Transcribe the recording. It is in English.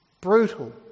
brutal